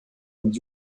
und